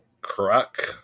crack